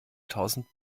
tausend